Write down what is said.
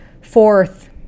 Fourth